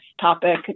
topic